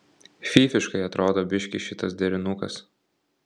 fyfiškai atrodo biškį šitas derinukas